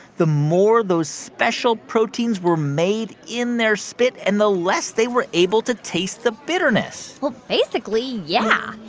the more those special proteins were made in their spit, and the less they were able to taste the bitterness well, basically, yeah.